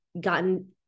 gotten